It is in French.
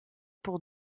pour